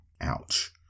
Ouch